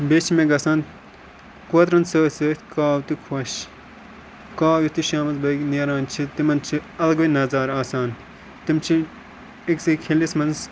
بیٚیہِ چھِ مےٚ گژھان کوترَن سۭتۍ سۭتۍ کاو تہِ خۄش کاو یُتھُے شامَس بٲگۍ نیران چھِ تِمَن چھِ اَلگٕے نظارٕ آسان تِم چھِ أکسٕے کھیٚلِس منٛز